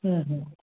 হুঁ হুঁ